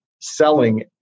selling